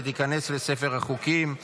ותיכנס לספר החוקים.